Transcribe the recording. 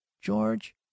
George